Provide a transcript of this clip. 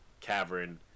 cavern